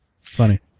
Funny